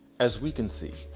as we can see,